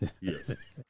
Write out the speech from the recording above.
Yes